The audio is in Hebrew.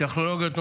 טכנולוגיות נוספות.